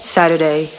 Saturday